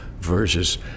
versus